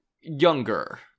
younger